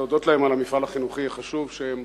ולהודות להם על המפעל החינוכי החשוב שהם